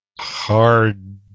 hard